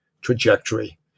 trajectory